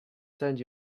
send